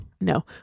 No